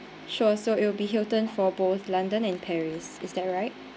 sure so it'll be hilton for both london and paris is that right